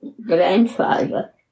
grandfather